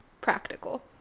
practical